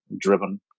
driven